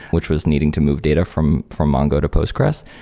which was needing to move data from from mongo to postgressql.